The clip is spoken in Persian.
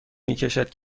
میکشد